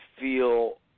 feel